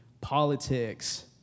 politics